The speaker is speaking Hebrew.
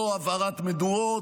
לא הבערת מדורות,